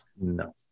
No